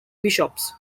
bishops